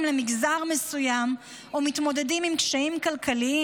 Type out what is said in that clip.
למגזר מסוים או מתמודדים עם קשיים כלכליים,